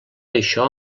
això